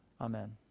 amen